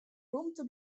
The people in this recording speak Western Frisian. rûmte